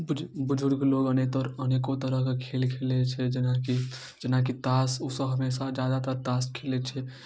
बुजु बुजुर्ग लोग अनेतर अनेको तरह कऽ खेल खेलैत छै जेनाकी जेनाकी तास ओ सब हमेशा जादातर तास खेलैत छै